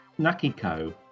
Nakiko